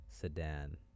sedan